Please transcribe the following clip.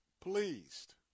pleased